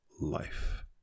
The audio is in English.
life